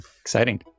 Exciting